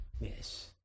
Yes